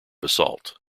basalt